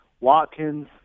Watkins